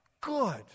good